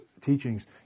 teachings